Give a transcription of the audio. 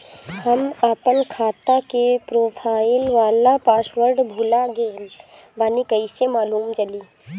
हम आपन खाता के प्रोफाइल वाला पासवर्ड भुला गेल बानी कइसे मालूम चली?